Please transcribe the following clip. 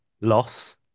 loss